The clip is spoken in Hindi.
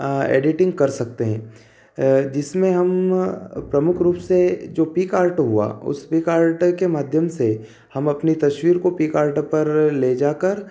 आ एडिटिंग कर सकते हैं जिसमें हम प्रमुख रूप से जो पिकआर्ट हुआ उस पिकआर्ट के माध्यम से हम अपनी तस्वीर को पिकआर्ट पर ले जाकर